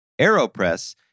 Aeropress